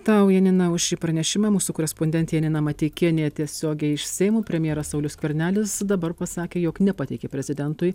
tau janina už šį pranešimą mūsų korespondentė janina mateikienė tiesiogiai iš seimo premjeras saulius skvernelis dabar pasakė jog nepateikė prezidentui